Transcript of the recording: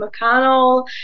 McConnell